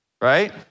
right